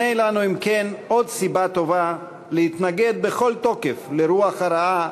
הנה לנו אם כן עוד סיבה לטובה להתנגד בכל תוקף לרוח הרעה